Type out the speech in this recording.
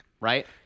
right